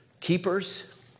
Keepers